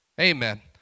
Amen